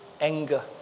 anger